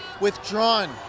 withdrawn